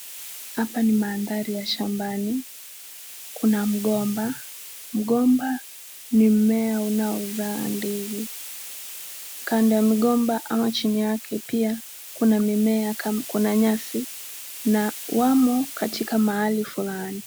Hapa ni mandhari ya shambani kuna mgomba, mgomba ni mimea unaozaa ndizi. chini yake kuna nyasi na zimo katika mahali fulani.